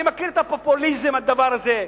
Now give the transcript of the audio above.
אני מכיר את הפופוליזם בדבר הזה.